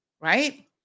right